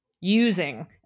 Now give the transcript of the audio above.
using